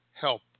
help